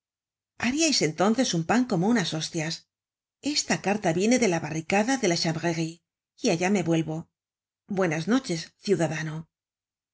haríais entonces un pan como unas hostias esta carta viene de la barricada de la chanvrerie y allá me vuelvo buenas noches ciudadano